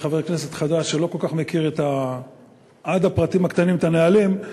כחבר כנסת חדש שלא כל כך מכיר עד הפרטים הקטנים את הנהלים,